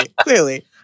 clearly